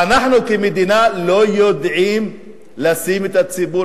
ואנחנו כמדינה לא יודעים לשים את הציבור